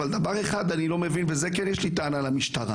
דבר אחד אני לא מבין, ובזה כן יש לי טענה למשטרה.